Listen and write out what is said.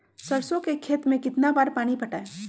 सरसों के खेत मे कितना बार पानी पटाये?